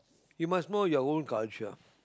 you must know your own culture